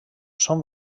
són